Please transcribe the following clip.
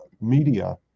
media